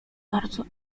bardzo